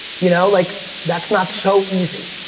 you know, like that's not so easy.